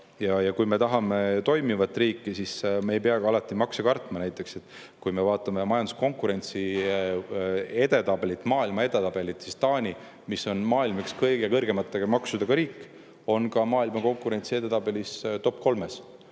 Ja kui me tahame toimivat riiki, siis me ei pea alati makse kartma. Kui me vaatame majanduskonkurentsi edetabelit, maailma edetabelit, siis [näeme, et] Taani, mis on maailma üks kõige kõrgemate maksudega riik, on ka maailma konkurentsi edetabelistop-kolmes.